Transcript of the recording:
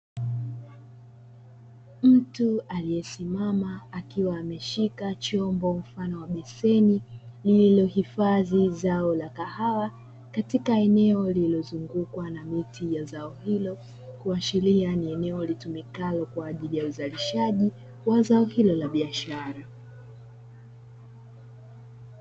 Mtu aliyesimama akiwa ameshika chombo mfano wa beseni lililohifadhi zao la kahawa. Katika eneo lililozungukwa na miti ya zao hilo, kuashiria ni eneo litumikalo kwa ajili ya uzalishaji wa zao hilo la biashara.